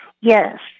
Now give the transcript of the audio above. Yes